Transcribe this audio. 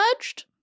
judged